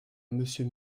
monsieur